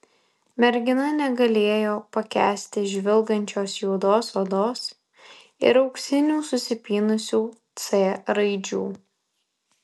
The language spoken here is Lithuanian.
mergina negalėjo pakęsti žvilgančios juodos odos ir auksinių susipynusių c raidžių